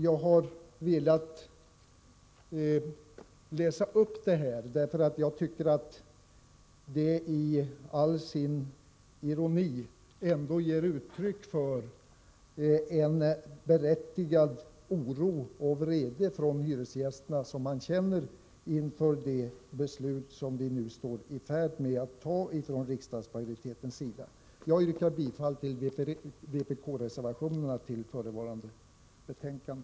Jag har velat läsa upp detta brev, därför att jag tycker att det med all sin ironi ändå ger uttryck för en berättigad oro och vrede som hyresgästerna känner inför det beslut som riksdagsmajoriteten nu står i begrepp att fatta. Jag yrkar bifall till vpk-reservationerna till förevarande betänkande.